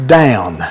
down